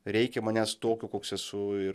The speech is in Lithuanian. reikia manęs tokio koks esu ir